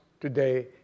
today